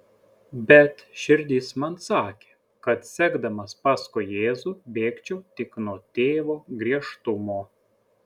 bet širdis man sakė kad sekdamas paskui jėzų bėgčiau tik nuo tėvo griežtumo